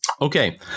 Okay